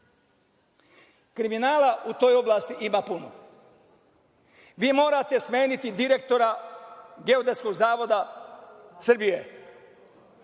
organi. Kriminala u toj oblasti ima puno. Vi morate smeniti direktora Geodetskog zavoda Srbije.